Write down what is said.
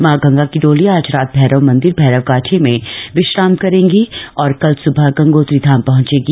माँ गंगा की डोली आज रात भैरव मंदिर भैरवघाटी में विश्राम करेंगी और कल सुबह गंगोत्री धाम पहंचेगी